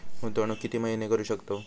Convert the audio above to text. गुंतवणूक किती महिने करू शकतव?